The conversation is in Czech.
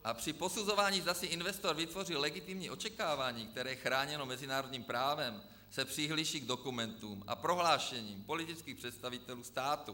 A při posuzování, zda si investor vytvořil legitimní očekávání, které je chráněno mezinárodním právem, se přihlíží k dokumentům a prohlášením politických představitelů státu.